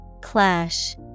Clash